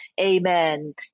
Amen